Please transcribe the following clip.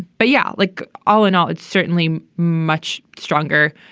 but yeah, like all in all, it's certainly much stronger.